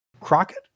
Crockett